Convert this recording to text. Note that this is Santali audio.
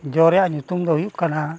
ᱡᱚ ᱨᱮᱭᱟᱜ ᱧᱩᱛᱩᱢ ᱫᱚ ᱦᱩᱭᱩᱜ ᱠᱟᱱᱟ